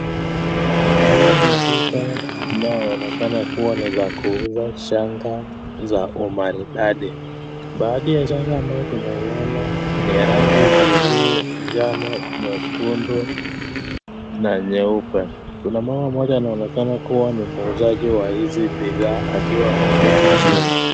Hii ni duka inayoonekana kuwa ni za kuuza shanga za umaridadi. Baadhi ya shanga ambazo tunaiona ni ya rangi blue , njano, nyekundu na nyeupe. Kuna mama mmoja anaonekana kuwa ni muuzaji wa hizo bidhaa akiwa ameketi chini.